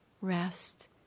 rest